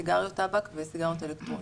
סיגריות טבק וסיגריות אלקטרוניות.